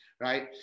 right